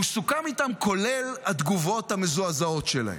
הוא מסוכם איתם, כולל התגובות המזועזעות שלהם.